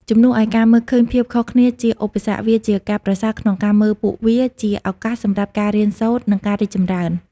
ជំនួសឱ្យការមើលឃើញភាពខុសគ្នាជាឧបសគ្គ វាជាការប្រសើរក្នុងការមើលពួកវាជាឱកាសសម្រាប់ការរៀនសូត្រ និងការរីកចម្រើន។